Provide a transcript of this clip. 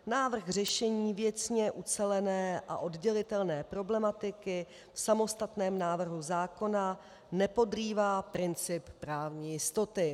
Návrh řešení věcně ucelené a oddělitelné problematiky v samostatném návrhu zákona nepodrývá princip právní jistoty.